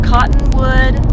Cottonwood